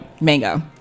Mango